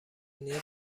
نیاز